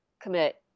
commit